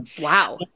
Wow